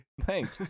Thanks